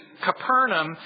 Capernaum